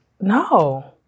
No